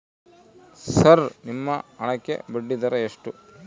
Sir ನಿಮ್ಮ ಹಣಕ್ಕೆ ಬಡ್ಡಿದರ ಎಷ್ಟು?